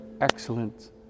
excellent